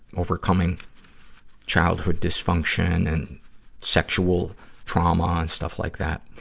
overcoming childhood dysfunction and sexual trauma and stuff like that.